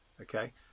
Okay